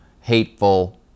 hateful